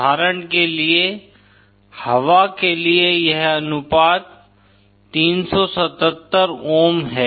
उदाहरण के लिए हवा के लिए यह अनुपात 377 ओम है